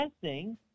testing